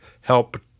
help